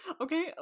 okay